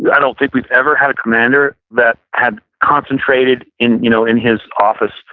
yeah i don't think we've ever had a commander that had concentrated in you know in his office,